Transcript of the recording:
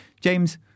James